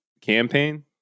campaign